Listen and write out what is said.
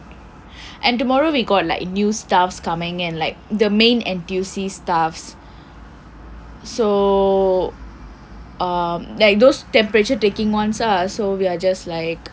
and tomorrow we got like new staff coming and like the main N_T_U_C staff so um like those temperature taking ones ah so we are just like